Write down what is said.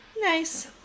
Nice